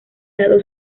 lado